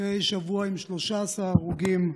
אחרי שבוע עם 13 הרוגים,